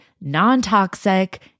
non-toxic